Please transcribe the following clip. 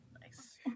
Nice